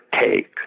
take